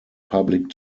public